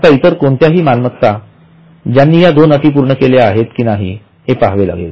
आता इतर कोणत्याही मालमत्तां ज्यांनी या दोन अटी पूर्ण केल्या आहेत की नाही हे पहावे लागेल